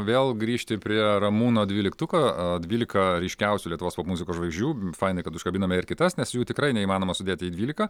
vėl grįžti prie ramūno dvyliktuko dvylika ryškiausių lietuvos popmuzikos žvaigždžių fainai kad užkabinome ir kitas nes jų tikrai neįmanoma sudėti į dvyliką